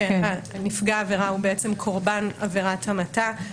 כשנפגע העבירה הוא בעצם קרבן עבירת המתה,